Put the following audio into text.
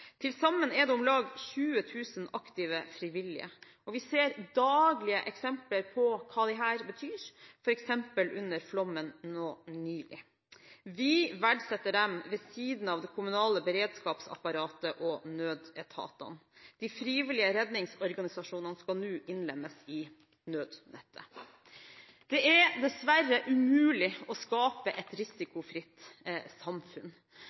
Til sammen er det om lag 20 000 aktive frivillige, og vi ser daglig eksempler på hva disse betyr, f.eks. under flommen nå nylig. Vi verdsetter dem, ved siden av det kommunale beredskapsapparatet og nødetatene. De frivillige redningsorganisasjonene skal nå innlemmes i nødnettet. Det er dessverre umulig å skape et risikofritt samfunn.